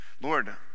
Lord